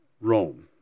Rome